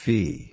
Fee